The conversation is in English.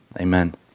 Amen